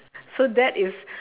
so that is